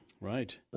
Right